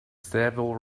seville